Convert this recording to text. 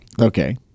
Okay